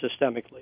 systemically